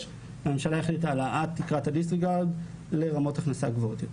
והממשלה החליטה על העלאת תקרת ה-disregard לרמות הכנסה גבוהות יותר,